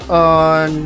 on